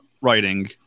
writing